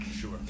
Sure